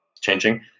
changing